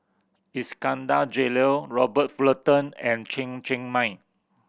Iskandar Jalil Robert Fullerton and Chen Cheng Mei